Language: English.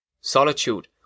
Solitude